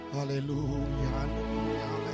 Hallelujah